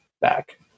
back